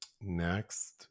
next